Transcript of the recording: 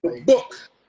book